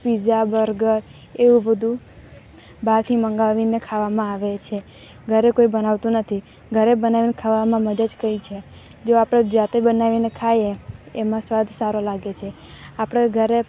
pizza burger એવું બધુ બારથી મંગાવીને ખાવામાં આવે છે ઘરે કોઈ બનાવતું નથી ઘરે બનાવીને ખાવામાં મજ્જા કઈ છે જો આપણે જાતે બનાવીને ખાઈએ એમા સ્વાદ સારું લાગે છે આપણે ઘરે